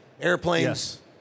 airplanes